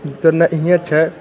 तऽ नहियेँ छै